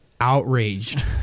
Outraged